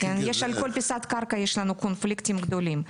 על כל פיסת קרקע יש לנו קונפליקטים גדולים.